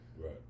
Right